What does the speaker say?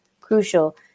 crucial